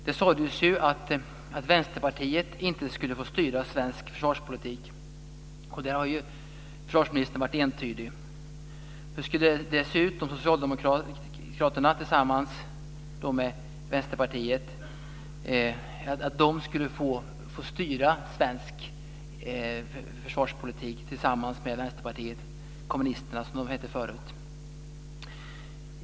Det sades ju att Vänsterpartiet inte skulle få styra svensk försvarspolitik. Där har ju försvarsministern varit entydig. Hur skulle det se ut om Socialdemokraterna skulle styra svensk försvarspolitik tillsammans med Vänsterpartiet - kommunisterna som de hette förut?